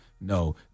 no